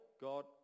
God